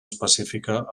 específica